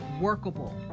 workable